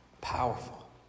powerful